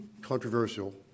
controversial